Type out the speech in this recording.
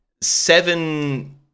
seven